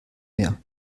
mehr